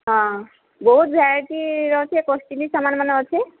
ହଁ ବହୁତ ଭେରାଇଟିର ଅଛେ କଷ୍ଟଲି ସାମାନ୍ମାନେ ଅଛେ